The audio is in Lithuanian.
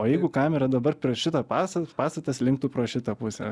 o jeigu kamera dabar prieš šitą pas pastatą slinktų pro šitą pusę